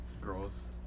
girls